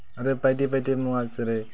आरो बायदि बायदि मुवा जेरै